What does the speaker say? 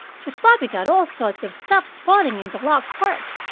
she's probably got all sorts of stuff spoiling in the locked part.